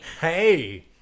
hey